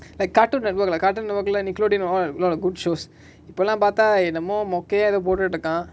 like cartoon network like cartoon network including a whole lot of good shows cartoon network